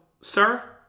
sir